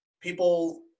people